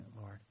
Lord